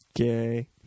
Okay